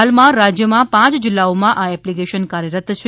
હાલમાં રાજથમાં પાંચ જીલ્લાઓમાં આ એપ્લીકેશન કાર્યરત છે